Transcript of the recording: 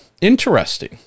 interesting